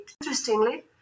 interestingly